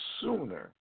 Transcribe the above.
sooner